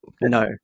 No